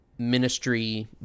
ministry